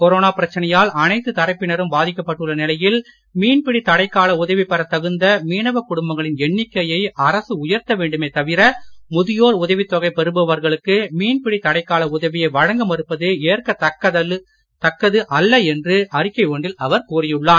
corona பிரச்சனையால் அனைத்து தரப்பினரும் பாதிக்கப்பட்டுள்ள நிலையில் மீன்பிடி தடைக்கால உதவி பெறத் தகுந்த மீனவ குடும்பங்களின் எண்ணிக்கையை அரசு உயர்த்த வேண்டுமே தவிர முதியோர் உதவித் தொகை பெறுபவர்களுக்கு மீன்பிடி தடைக்கால உதவியை வழங்க மறுப்பது ஏற்கத்தக்கது அல்ல என்று அறிக்கை ஒன்றில் அவர் கூறியுள்ளார்